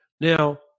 Now